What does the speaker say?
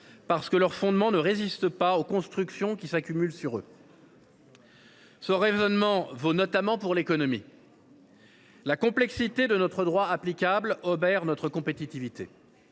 parce que leurs fondations ne résistent pas aux constructions qui s’accumulent au dessus d’elles. Ce raisonnement vaut notamment pour l’économie. La complexité du droit applicable obère notre compétitivité.